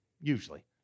usually